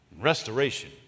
Restoration